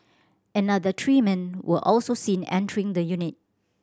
another three men were also seen entering the unit